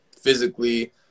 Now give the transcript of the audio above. physically